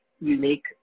unique